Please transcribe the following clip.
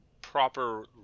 proper